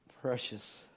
precious